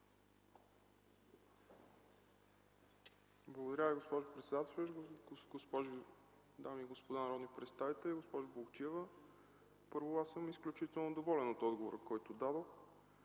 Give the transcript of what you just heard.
Благодаря Ви, госпожо председател. Дами и господа народни представители, госпожо Плугчиева! Първо, аз съм изключително доволен от отговора, който дадох.